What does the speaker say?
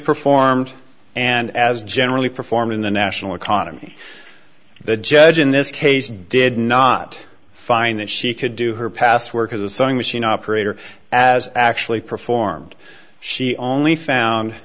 performed and as generally perform in the national economy the judge in this case did not find that she could do her past work as a sewing machine operator as actually performed she only found